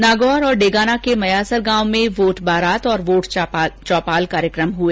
नागौर और डेगाना के मैयासर गांव में वोट बरात और वोट चौपाल कार्यक्रम हुए